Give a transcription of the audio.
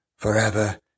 forever